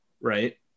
Right